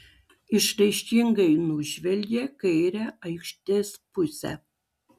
išraiškingai nužvelgė kairę aikštės pusę